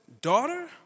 daughter